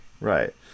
Right